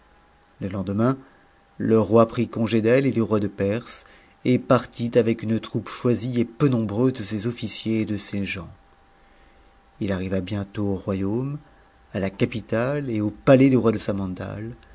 le lendemain le roi prit congé d'elle et du roi de perse et partit avec une troupe choisie et peu nombreuse de ses officiers et de ses gens ïl arriva bientôt au royaume à la capitale et au palais du roi de samandal